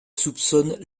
soupçonne